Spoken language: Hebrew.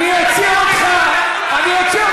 אני אוציא אותך מהאולם.